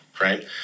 right